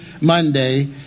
Monday